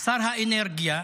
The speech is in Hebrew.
שר האנרגיה,